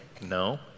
No